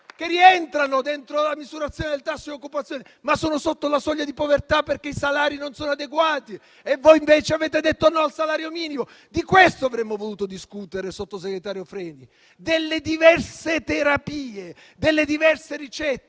che rientrano dentro la misurazione del tasso di occupazione, ma sono sotto la soglia di povertà, perché i salari non sono adeguati. Voi invece avete detto no al salario minimo. Avremmo voluto discutere, sottosegretario Freni, delle diverse terapie e delle diverse ricette.